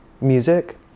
music